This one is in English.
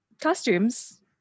costumes